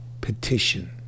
petition